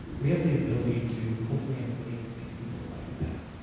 we have the ability to hopefully intervene and make people's life better